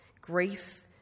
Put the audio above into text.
Grief